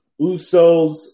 Usos